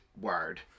word